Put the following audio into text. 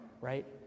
right